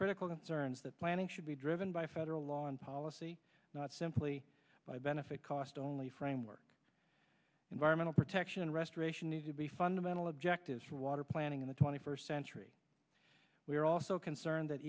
critical concerns that planning should be driven by federal law and policy not simply by benefit cost only framework environmental protection and restoration need to be fundamental objectives for water planning in the twenty first century we are also concerned that